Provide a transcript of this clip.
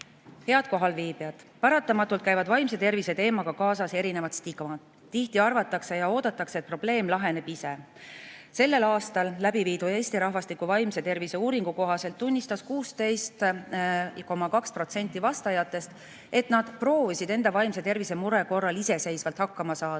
kohalviibijad! Paratamatult käivad vaimse tervise teemaga kaasas erinevad stigmad. Tihti arvatakse ja oodatakse, et probleem laheneb ise. Sellel aastal läbi viidud Eesti rahvastiku vaimse tervise uuringu kohaselt tunnistas 16,2% vastajatest, et nad on proovinud enda vaimse tervise mure korral iseseisvalt hakkama saada,